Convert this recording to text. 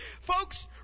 Folks